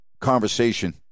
conversation